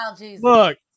look